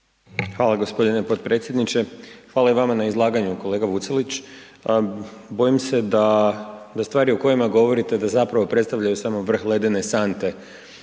Hvala gospodine potpredsjedniče. Hvala i vama na izlaganju kolega Vucelić. Bojim se da stvari o kojima govorite da zapravo predstavljaju samo vrh ledene sante